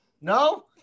No